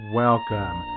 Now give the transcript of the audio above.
welcome